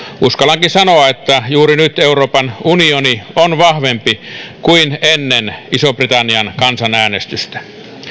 uskallankin sanoa että juuri nyt euroopan unioni on vahvempi kuin ennen ison britannian kansanäänestystä